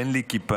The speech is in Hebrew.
אין לי כיפה.